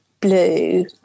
blue